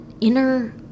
inner